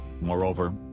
moreover